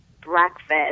breakfast